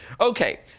Okay